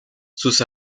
sus